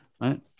Right